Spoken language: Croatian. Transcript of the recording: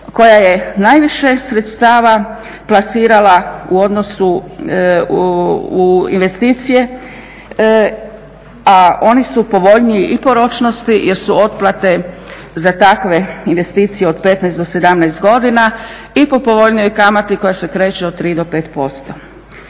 koja je najviše sredstava plasirala u odnosu, u investicije a oni su povoljniji i po ročnosti jer su otplate za takve investicije od 15 do 17 godina i po povoljnijoj kamati koja se kreće od 3 do 5%.